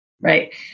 right